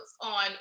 on